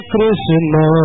Krishna